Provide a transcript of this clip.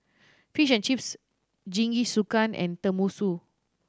Fish and Chips Jingisukan and Tenmusu